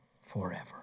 forever